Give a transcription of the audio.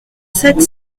sept